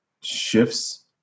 shifts